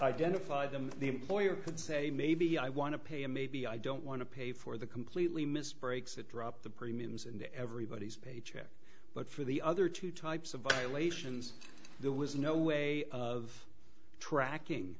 identify them the employer could say maybe i want to pay and maybe i don't want to pay for the completely missed breaks that drop the premiums and everybody's paycheck but for the other two types of violations there was no way of tracking